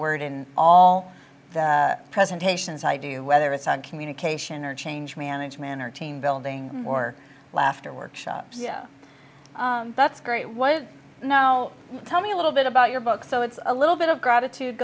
word in all the presentations i do whether it's on communication or change management or team building or laughter workshops that's great now tell me a little bit about your book so it's a little bit of gratitude